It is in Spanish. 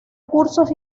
cursos